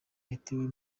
yatewe